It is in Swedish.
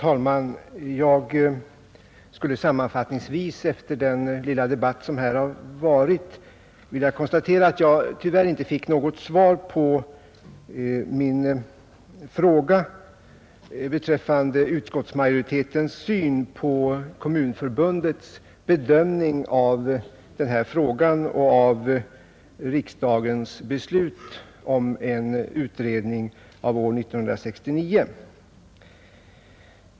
Herr talman! Efter den lilla debatt som har varit här vill jag sammanfattningsvis konstatera att jag tyvärr inte fick något svar på min fråga beträffande utskottsmajoritetens syn på Kommunförbundets bedömning av den här frågan och av riksdagens beslut om en utredning av år 1969.